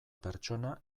pertsona